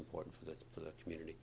important for the for the community